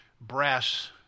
brass